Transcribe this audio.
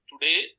today